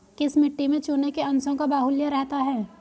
किस मिट्टी में चूने के अंशों का बाहुल्य रहता है?